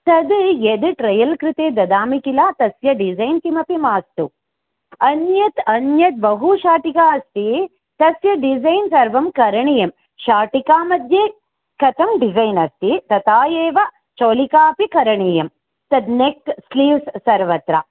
तद् यद् ट्रयल् कृते ददामि किल तस्य डिसैन् किमपि मास्तु अन्यत् अन्यद् बहु शाटिका अस्ति तस्य डिसैन् सर्वं करणीयं शाटिकामध्ये कथं डिसैन् अस्ति तथा एव चोलिकापि करणीयं तद् नेक् स्लीव्स् सर्वत्र